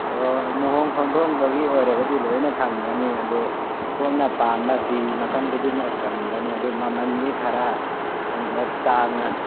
ꯑꯣ ꯂꯨꯍꯣꯡ ꯈꯣꯡꯗꯣꯡꯕꯒꯤ ꯑꯣꯏꯔꯒꯗꯤ ꯂꯣꯏꯅ ꯐꯪꯒꯅꯤ ꯑꯗꯨ ꯁꯣꯝꯅ ꯄꯥꯝꯕ ꯐꯤ ꯃꯈꯟ ꯈꯨꯗꯤꯡꯃꯛ ꯐꯪꯒꯅꯤ ꯑꯗꯨ ꯃꯃꯟꯗꯤ ꯈꯔ ꯍꯟꯗꯛ ꯇꯥꯡꯉꯅꯤ